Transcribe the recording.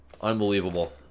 Unbelievable